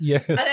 Yes